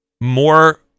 more